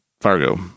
Fargo